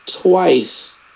twice